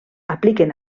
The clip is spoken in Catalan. apliquen